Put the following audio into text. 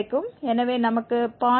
எனவே நமக்கு 0